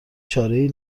چارهای